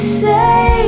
say